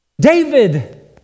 David